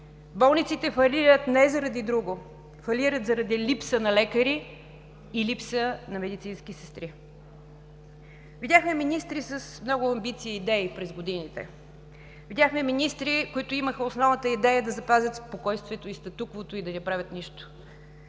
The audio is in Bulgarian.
Болниците фалират не заради друго, фалират заради липса на лекари и липса на медицински сестри. Видяхме министри с много амбиции и идеи през годините. Видяхме министри, които имаха основната идея да запазят спокойствието и статуквото и да не правят нищо.